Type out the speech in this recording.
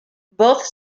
both